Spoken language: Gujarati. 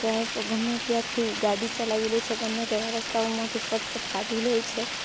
ક્યાંય ગમે ત્યાંથી ગાડી ચલાવી લે છે ગમે તેવા રસ્તાઓમાંથી ફટફટ કાઢી લે છે